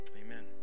Amen